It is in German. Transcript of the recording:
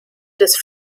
des